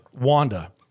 Wanda